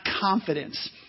confidence